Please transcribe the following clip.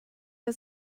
der